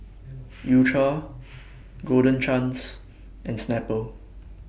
U Cha Golden Chance and Snapple